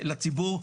לציבור,